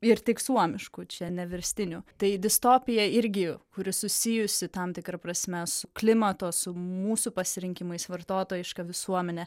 ir tik suomiškų čia ne verstinių tai distopija irgi kuri susijusi tam tikra prasme su klimato su mūsų pasirinkimais vartotojiška visuomene